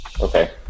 Okay